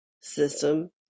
system